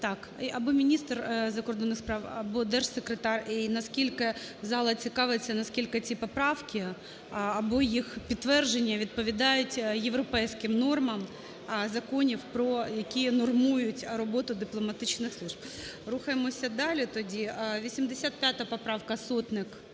Так: або міністр закордонних справ, або держсекретар. І наскільки, зала цікавиться, наскільки ці поправки або їх підтвердження відповідають європейським нормам законів, які нормують роботу дипломатичних служб. Рухаємося далі тоді. 85 поправка, Сотник.